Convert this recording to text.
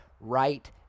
right